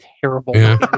terrible